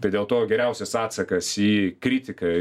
tai dėl to geriausias atsakas į kritiką